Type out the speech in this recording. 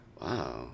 wow